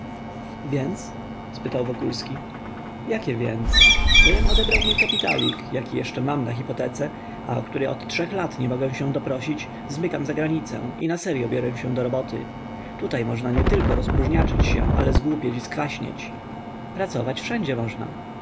więc spytał wokulski jakie więc bylem odebrał mój kapitalik jaki jeszcze mam na hipotece a o który od trzech lat nie mogę się doprosić zmykam zagranicę i naseryo biorę się do roboty tutaj można nietylko rozpróżniaczyć się ale zgłupieć i skwaśnieć pracować wszędzie można